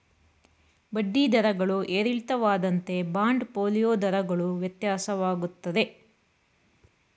ಬಡ್ಡಿ ದರಗಳು ಏರಿಳಿತವಾದಂತೆ ಬಾಂಡ್ ಫೋಲಿಯೋ ದರಗಳು ವ್ಯತ್ಯಾಸವಾಗುತ್ತದೆ